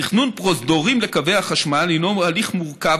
תכנון פרוזדורים לקווי החשמל הינו הליך מורכב,